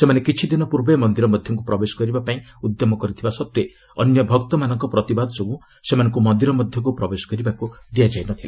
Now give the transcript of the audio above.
ସେମାନେ କିଛିଦିନ ପ୍ରର୍ବେ ମନ୍ଦିର ମଧ୍ୟକୁ ପ୍ରବେଶ କରିବା ପାଇଁ ଉଦ୍ୟମ କରିଥିବା ସତ୍ତେ ଅନ୍ୟ ଭକ୍ତମାନଙ୍କ ପ୍ରତିବାଦ ଯୋଗୁଁ ସେମାନଙ୍କୁ ମନ୍ଦିର ମଧ୍ୟକୁ ପ୍ରବେଶ କରିବାକୁ ଦିଆଯାଇନଥିଲା